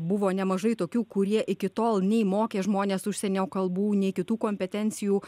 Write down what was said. buvo nemažai tokių kurie iki tol nei mokė žmones užsienio kalbų nei kitų kompetencijų